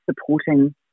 supporting